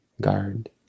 guard